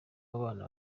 w’abana